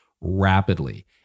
rapidly